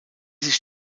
sich